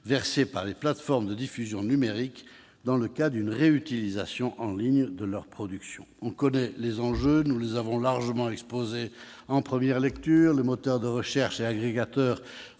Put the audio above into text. versée par les plateformes de diffusion numérique dans le cas d'une réutilisation en ligne de leur production. Nous connaissons les enjeux. Nous les avons largement exposés en première lecture. Les moteurs de recherche et agrégateurs